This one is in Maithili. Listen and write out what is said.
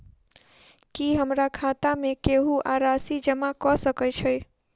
की हमरा खाता मे केहू आ राशि जमा कऽ सकय छई?